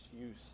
use